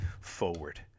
forward